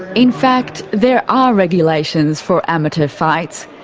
in fact, there are regulations for amateur fights.